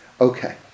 Okay